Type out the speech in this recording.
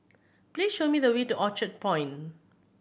please show me the way to Orchard Point